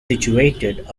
situated